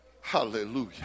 hallelujah